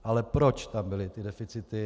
Ale proč tam byly deficity?